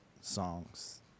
songs